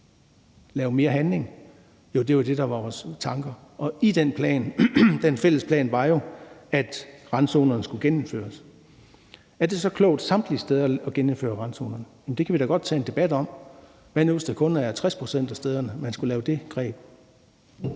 lave mere handling? Det var det, der var vores tanke, og i den fælles plan var jo det, at randzonerne skulle genindføres. Er det så klogt samtlige steder at genindføre randzonerne? Det kan vi da godt tage en debat om. Hvad nu, hvis det kun var 60 pct. af stederne, man skulle bruge det greb?